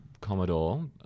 Commodore